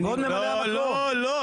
אם פוליטיקאי כזה דואג